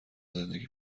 زندگی